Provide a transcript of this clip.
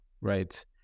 right